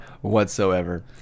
whatsoever